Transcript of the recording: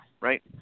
right